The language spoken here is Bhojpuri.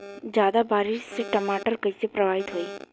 ज्यादा बारिस से टमाटर कइसे प्रभावित होयी?